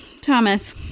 thomas